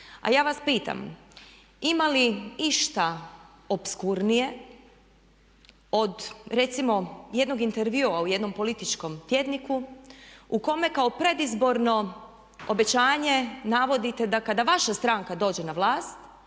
Ali ja vas pitam ima li išta opskurnije od recimo jednog intervjua u jednom političkom tjedniku u kome kao predizborno obećanje navodite da kada vaša stranka dođe na vlast